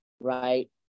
right